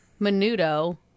menudo